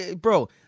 Bro